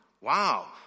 Wow